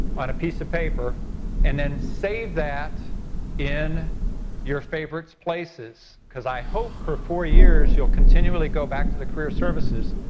on a piece of paper and save that in your favorite places. because i hope for four years you'll continually go back to the career services.